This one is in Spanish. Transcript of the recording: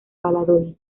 valladolid